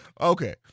Okay